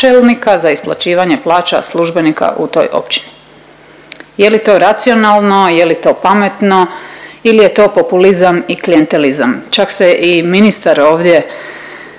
za isplaćivanje plaća službenika u toj općini. Je li to racionalno? Je li to pametno ili je to populizam i klijentelizam? Čak se i ministar ovdje